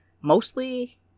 mostly